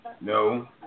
No